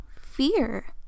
fear